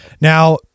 Now